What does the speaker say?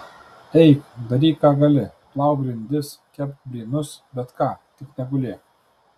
eik daryk ką gali plauk grindis kepk blynus bet ką tik negulėk